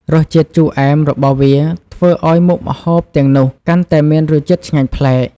រសជាតិជូរអែមរបស់វាធ្វើឲ្យមុខម្ហូបទាំងនោះកាន់តែមានរសជាតិឆ្ងាញ់ប្លែក។